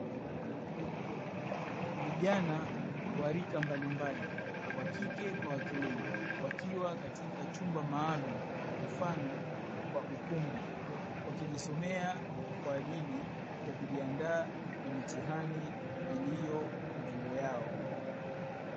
Vijana wa rika mbalimbali wa kike kwa wa kiume akiwa katika chumba maalumu mfano wa ukumbi, wakijisomea ya kujiandaa na mitihani iliyopo mbele yao.